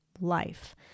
life